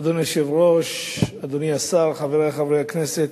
אדוני היושב-ראש, אדוני השר, חברי חברי הכנסת,